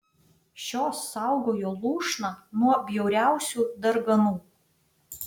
šios saugojo lūšną nuo bjauriausių darganų